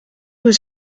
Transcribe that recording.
was